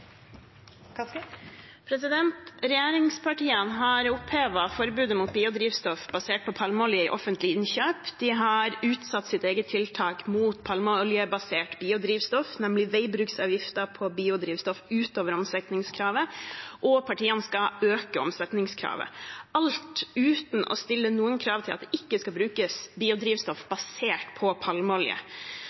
Regjeringspartiene har opphevet forbudet mot biodrivstoff basert på palmeolje, i offentlige innkjøp. De har utsatt sitt eget tiltak mot palmeoljebasert biodrivstoff, nemlig veibruksavgiften på biodrivstoff utover omsetningskravet og partiene skal øke omsetningskravet – alt uten å stille noen krav til at det ikke skal brukes biodrivstoff basert på palmeolje.